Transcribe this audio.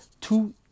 Two